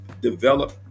Develop